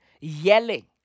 yelling